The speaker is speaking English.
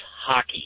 hockey